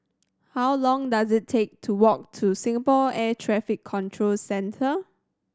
how long does it take to walk to Singapore Air Traffic Control Centre